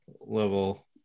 level